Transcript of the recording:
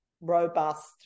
robust